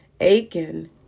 Aiken